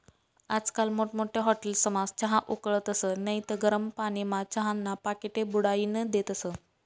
आजकाल मोठमोठ्या हाटेलस्मा चहा उकाळतस नैत गरम पानीमा चहाना पाकिटे बुडाईन देतस